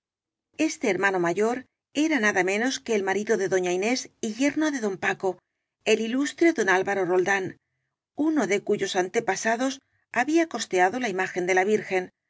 este hermano mayor era nada menos que el marido de doña inés y yerno de don paco el ilustre don al varo roldán uno de cuyos antepasados había cos teado la imágen de la virgen